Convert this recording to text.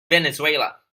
venezuela